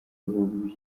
bihugu